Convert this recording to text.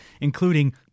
including